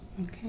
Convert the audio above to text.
Okay